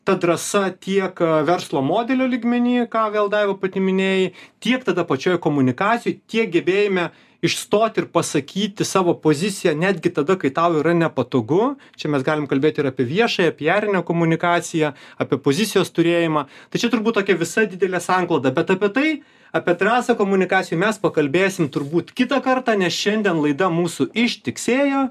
ta drąsa tiek verslo modelio lygmenyj ką gal daiva pati minėjai tiek tada pačioj komunikacijoj tiek gebėjime išstot ir pasakyti savo poziciją netgi tada kai tau yra nepatogu čia mes galim kalbėt ir apie viešąją pijarinę komunikaciją apie pozicijos turėjimą tai čia turbūt tokia visa didelė sankloda bet apie tai apie drąsą komunikacijoj mes pakalbėsim turbūt kitą kartą nes šiandien laida mūsų ištiksėjo